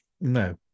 No